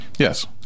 Yes